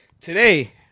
Today